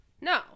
no